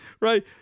right